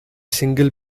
single